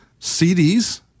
CDs